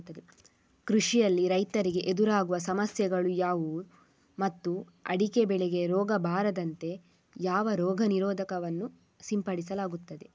ಕೃಷಿಯಲ್ಲಿ ರೈತರಿಗೆ ಎದುರಾಗುವ ಸಮಸ್ಯೆಗಳು ಯಾವುದು ಮತ್ತು ಅಡಿಕೆ ಬೆಳೆಗೆ ರೋಗ ಬಾರದಂತೆ ಯಾವ ರೋಗ ನಿರೋಧಕ ವನ್ನು ಸಿಂಪಡಿಸಲಾಗುತ್ತದೆ?